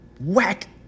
whack